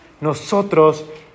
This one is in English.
nosotros